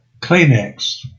Kleenex